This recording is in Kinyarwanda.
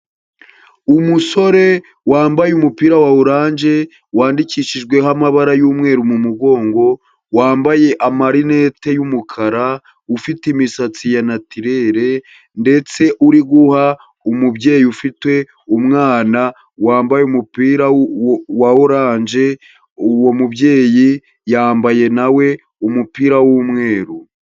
Umusore wambaye umupira wa oranje, wandikishijweho amabara y'umweru mu mugongo, wambaye amarinete y'umukara, ufite imisatsi ya natirere ndetse uri guha umubyeyi ufite umwana wambaye umupira wa oranje, uwo mubyeyi yambaye na we umupira w'umweru.